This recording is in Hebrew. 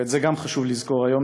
ואת זה חשוב לזכור היום,